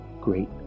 great